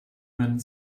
mein